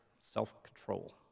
self-control